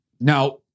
Now